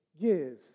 gives